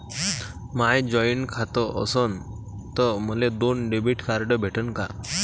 माय joint खातं असन तर मले दोन डेबिट कार्ड भेटन का?